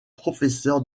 professeur